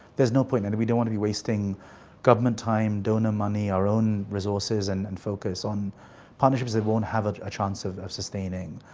there's no point and we don't want to be wasting government time, donor money, our own resources and and focus on partnerships that won't have a chance of of sustaining.